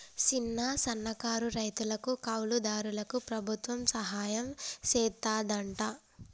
సిన్న, సన్నకారు రైతులకు, కౌలు దారులకు ప్రభుత్వం సహాయం సెత్తాదంట